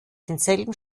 denselben